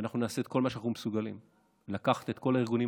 אנחנו נעשה את כל מה שאנחנו מסוגלים כדי לקחת את כל הארגונים